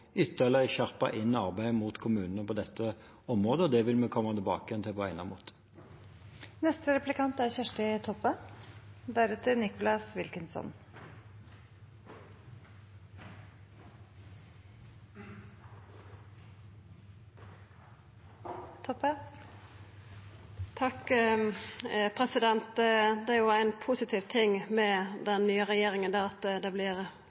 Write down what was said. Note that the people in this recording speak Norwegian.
inn arbeidet mot kommunene på dette området, og det vil vi komme tilbake til på egnet måte. Det er jo ein positiv ting med den nye regjeringa at det vert fleirtal for at helsesjukepleiarar kan få tilvise direkte til BUP. Senterpartiet har jo føreslått det mange gonger og meiner at det